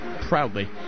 Proudly